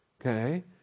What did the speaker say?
Okay